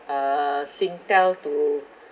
uh singtel to